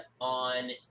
on